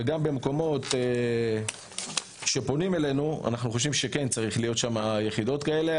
וגם במקומות שפונים אלינו אנחנו חושבים שכן צריך להיות שם יחידות כאלה.